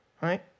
right